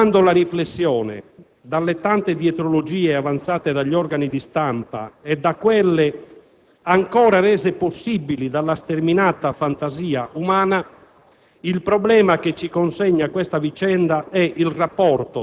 per capire ciò che sta succedendo. Liberando la riflessione dalle tante dietrologie avanzate dagli organi di stampa e da quelle ancora rese possibili dalla sterminata fantasia umana,